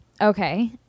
Okay